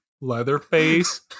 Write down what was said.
Leatherface